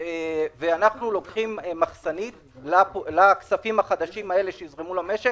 אנחנו לוקחים מחסנית של עד חמישה אחוז לכספים החדשים האלה שיזרמו למשק.